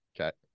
Okay